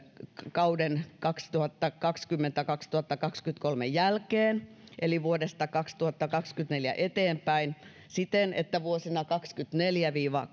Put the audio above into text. kauden kaksituhattakaksikymmentä viiva kaksituhattakaksikymmentäkolme jälkeen eli vuodesta kaksituhattakaksikymmentäneljä eteenpäin siten että vuosina kaksituhattakaksikymmentäneljä viiva